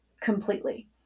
completely